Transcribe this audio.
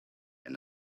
and